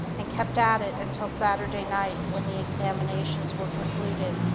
and kept at it until saturday night, when the examinations were concluded.